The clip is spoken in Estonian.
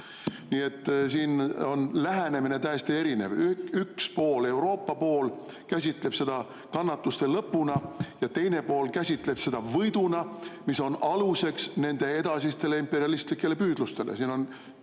Nii et siin on täiesti erinev lähenemine. Üks pool, Euroopa pool, käsitleb seda kannatuste lõpuna ja teine pool käsitleb seda võiduna, mis on aluseks nende edasistele imperialistlikele püüdlustele.